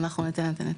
אנחנו ניתן את הנתונים.